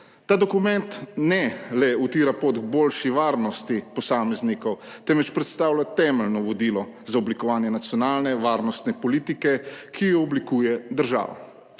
Ta dokument ne utira le poti k boljši varnosti posameznikov, temveč predstavlja temeljno vodilo za oblikovanje nacionalne varnostne politike, ki jo oblikuje država.